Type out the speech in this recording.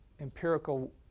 empirical